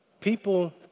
People